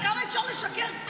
כמה אפשר לשקר.